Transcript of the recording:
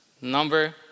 Number